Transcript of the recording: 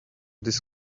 this